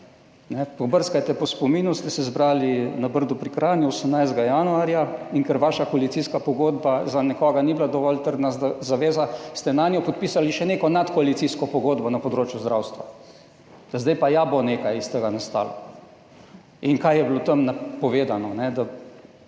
pobrskajte po spominu, ste se zbrali na Brdu pri Kranju, 18. januarja, in ker vaša koalicijska pogodba za nekoga ni bila dovolj trdna zaveza, ste nanjo podpisali še neko nadkoalicijsko pogodbo na področju zdravstva, da zdaj pa bo ja nekaj nastalo iz tega. In kaj je bilo tam povedano?